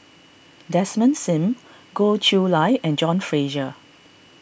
Desmond Sim Goh Chiew Lye and John Fraser